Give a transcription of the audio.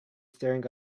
staring